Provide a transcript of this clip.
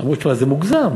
אמרו: תשמע, זה מוגזם.